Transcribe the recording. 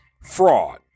fraud